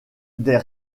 des